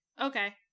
okay